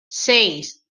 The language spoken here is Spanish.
seis